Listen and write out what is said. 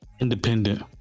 Independent